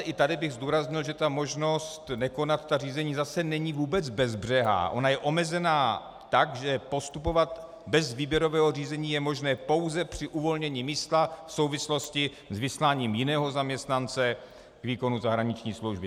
I tady bych zdůraznil, že možnost nekonat řízení zase není vůbec bezbřehá, ona je omezená tak, že postupovat bez výběrového řízení je možné pouze při uvolnění místa v souvislosti s vysláním jiného zaměstnance k výkonu zahraniční služby.